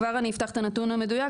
כבר אני אפתח את הנתון המדויק,